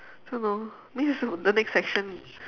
don't know means the next section